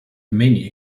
many